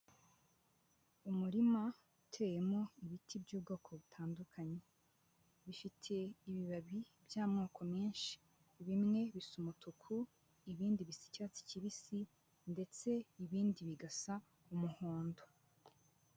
Umurima uteyemo ibiti by'ubwoko butandukanye, bifite ibibabi by'amoko menshi bimwe bisa umutuku, ibindi bisa icyatsi kibisi ndetse ibindi bigasa umuhondo.